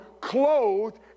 clothed